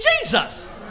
Jesus